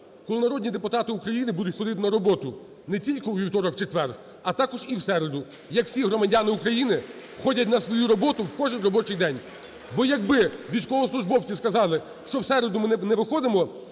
Коли народні депутати України будуть ходити на роботу не тільки у вівторок - четвер, а також і в середу, як всі громадяни України ходять на свою роботу в кожен робочий день. Бо якби військовослужбовці сказали, що в середу ми не виходимо